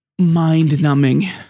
mind-numbing